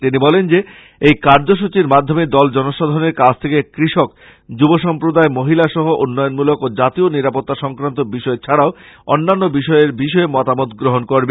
তিনি বলেন এই কার্যসূচীর মাধ্যমে দল জনসাধারণের কাছ থেকে কৃষক যুব সম্প্রদায় মহিলা সহ উন্নয়নমূলক ও জাতীয় নিরাপত্তা সংক্রান্ত বিষয় ছাড়াও অন্যান্য বিভিন্ন বিষয়ে মতামত গ্রহণ করবে